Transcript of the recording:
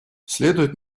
следует